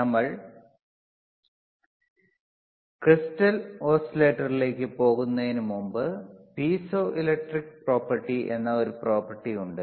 നമ്മൾ ക്രിസ്റ്റൽ ഓസിലേറ്ററിലേക്ക് പോകുന്നതിനുമുമ്പ് പീസോ ഇലക്ട്രിക് പ്രോപ്പർട്ടി എന്ന ഒരു പ്രോപ്പർട്ടി ഉണ്ട്